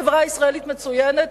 החברה הישראלית מצוינת,